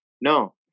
no